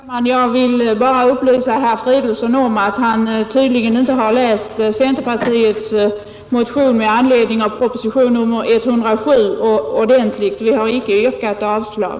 Herr talman! Jag vill bara upplysa herr Fridolfsson om att han tydligen inte läst centerpartiets partimotion med anledning av proposition nr 107 ordentligt. Vi har icke yrkat avslag.